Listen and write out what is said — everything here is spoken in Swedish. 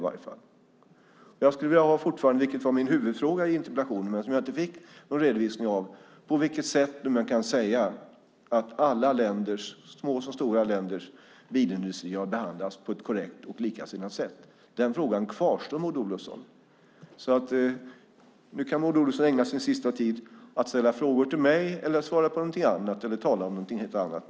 Jag skulle fortfarande vilja ha ett svar på det som var min huvudfråga i interpellationen men som jag inte fick något svar på: På vilket sätt kan man säga att alla länders, små som stora, bilindustrier har behandlats på ett korrekt och likasinnat sätt? Den frågan kvarstår, Maud Olofsson. Nu kan Maud Olofsson ägna sin sista tid åt att ställa frågor till mig, svara på eller tala om något helt annat.